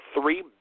three